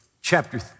chapter